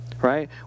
right